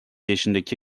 yaşındaki